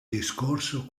discorso